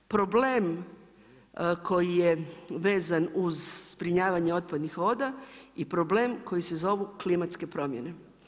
Problem koji je vezano uz zbrinjavanje otpadnih voda i problem koji se zovu klimatske promjene.